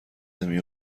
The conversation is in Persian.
نمی